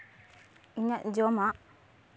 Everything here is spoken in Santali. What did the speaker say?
ᱤᱧᱟᱹᱜ ᱡᱚᱢᱟᱜ